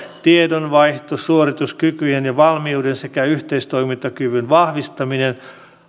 tiedonvaihto suorituskykyjen ja valmiuden sekä yhteistoimintakyvyn vahvistaminen